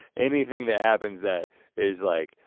anything that happens that is like,